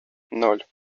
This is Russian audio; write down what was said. ноль